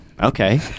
okay